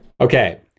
Okay